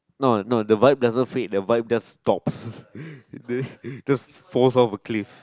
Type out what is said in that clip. no no the vibe doesn't fade the vibe just stops the just falls off a cliff